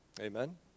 Amen